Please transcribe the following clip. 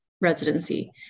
residency